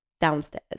downstairs